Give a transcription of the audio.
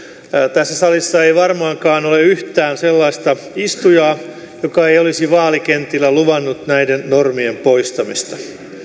tässä salissa ei varmaankaan ole yhtään sellaista istujaa joka ei olisi vaalikentillä luvannut näiden normien poistamista